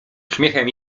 śmiechem